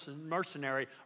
mercenary